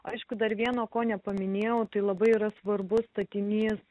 aišku dar vieno ko nepaminėjau tai labai yra svarbus statinys